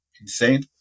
insane